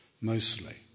mostly